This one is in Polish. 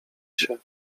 się